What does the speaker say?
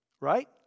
right